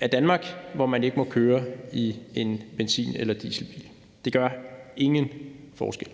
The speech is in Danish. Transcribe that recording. af Danmark, hvor man ikke må køre i en benzin- eller dieselbil. Det gør ingen forskel.